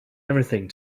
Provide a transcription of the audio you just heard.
everything